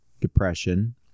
depression